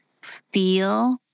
feel